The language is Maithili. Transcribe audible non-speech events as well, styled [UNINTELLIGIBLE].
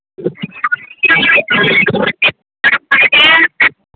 [UNINTELLIGIBLE]